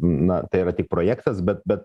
na tai yra tik projektas bet bet